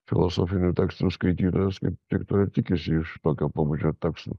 filosofinių tekstų skaitytojas kaip tik to ir tikisi iš tokio pobūdžio teksto